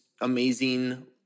amazing